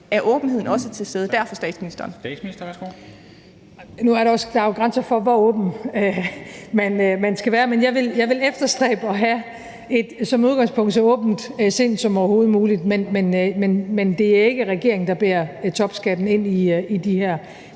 Kl. 23:58 Statsministeren (Mette Frederiksen): Nu er der jo grænser for, hvor åben man skal være, men jeg vil efterstræbe at have et som udgangspunkt så åbent sind som overhovedet muligt. Men det er ikke regeringen, der bærer topskatten ind i de her